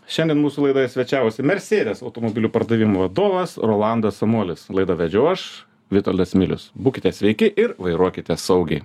šiandien mūsų laidoje svečiavosi mercedes automobilių pardavimų vadovas rolandas samuolis laidą vedžiau aš vitoldas milius būkite sveiki ir vairuokite saugiai